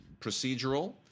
procedural